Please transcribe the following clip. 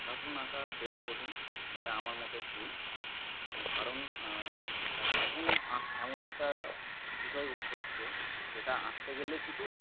cartoon আঁকা বেশ কঠিন এটা আমার মতে ভুল কারণ কার্টুন আঁক এমন একটা বিষয় হচ্ছে যেটা আঁকতে গেলে কিছু